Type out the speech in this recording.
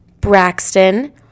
Braxton